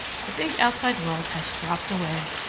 the big outside world has dropped away.